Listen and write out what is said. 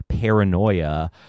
paranoia